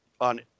on